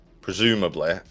presumably